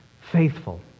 faithful